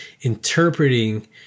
interpreting